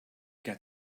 get